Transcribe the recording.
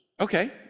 Okay